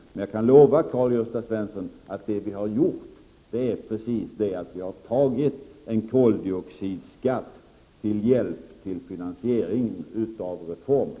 Men jag kan lova honom att det vi har gjort är att ta en koldioxidskatt till hjälp för att finansiera reformen.